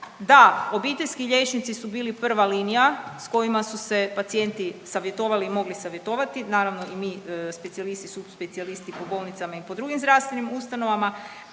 da obiteljski liječnici su bili prva linija s kojima su se pacijenti savjetovali i mogli savjetovati, naravno i mi specijalisti i subspecijalisti po bolnicama i po drugim zdravstvenim ustanovama